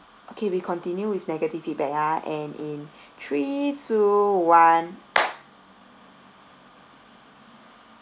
okay we continue with negative feedback ah and in three two one